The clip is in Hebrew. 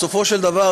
בסופו של דבר,